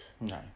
No